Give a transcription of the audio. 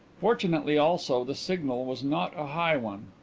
fortunately, also, the signal was not a high one.